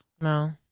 no